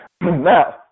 Now